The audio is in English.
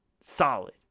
solid